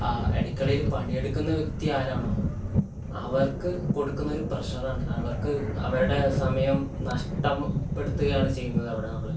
ആ അടുക്കളയിൽ പണിയെടുക്കുന്ന വ്യക്തി ആരാണോ അവർക്ക് കൊടുക്കുന്നൊരു പ്രഷർ ആണ് അവർക്ക് അവരുടെ സമയം നഷ്ടം പെടുത്തുകയാണ് ചെയ്യുന്നത് അവിടെ നമ്മൾ